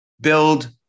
build